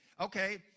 Okay